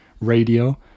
Radio